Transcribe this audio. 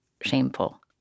shameful